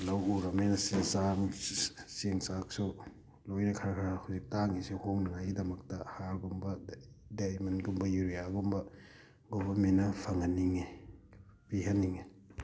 ꯂꯧ ꯎꯔꯝꯅꯤꯅ ꯆꯦ ꯆꯥꯡ ꯆꯦꯡ ꯆꯥꯛꯁꯨ ꯂꯣꯏꯅ ꯈꯔ ꯈꯔ ꯍꯧꯖꯤꯛ ꯇꯥꯡꯉꯤꯁꯦ ꯍꯣꯡꯅꯤꯉꯥꯏꯒꯤꯗꯃꯛꯇ ꯍꯥꯔꯒꯨꯝꯕ ꯗꯥꯏꯃꯟꯒꯨꯝꯕ ꯌꯨꯔꯤꯌꯥꯒꯨꯝꯕ ꯒꯣꯕꯔꯃꯦꯟꯅ ꯐꯪꯍꯟꯅꯤꯡꯉꯤ ꯄꯤꯍꯟꯅꯤꯡꯉꯤ